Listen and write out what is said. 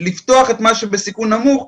לפתוח את מה שבסיכון נמוך,